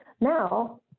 Now